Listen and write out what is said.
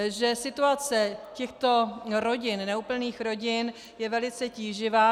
Že situace těchto rodin, neúplných rodin, je velice tíživá.